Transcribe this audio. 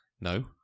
no